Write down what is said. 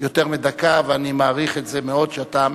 יותר מדקה, ואני מעריך מאוד את זה שאתה מצמצם.